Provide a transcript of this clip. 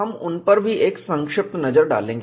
हम उन पर भी एक संक्षिप्त नजर डालेंगे